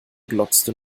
glotzte